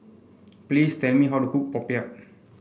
please tell me how to cook Popiah